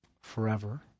Forever